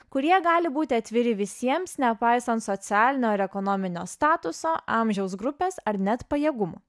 kurie gali būti atviri visiems nepaisant socialinio ar ekonominio statuso amžiaus grupės ar net pajėgumų